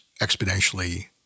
exponentially